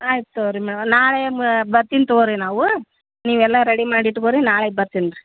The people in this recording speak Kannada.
ಆಯ್ತು ತಗೊಳ್ರಿ ಮ್ಯಾ ನಾಳೆ ಬರ್ತೀನಿ ತಗೊಳ್ರೀ ನಾವು ನೀವೆಲ್ಲ ರೆಡಿ ಮಾಡಿ ಇಟ್ಕೊಳ್ರೀ ನಾಳೆಗೆ ಬರ್ತೀನ್ರಿ